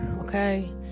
okay